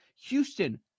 houston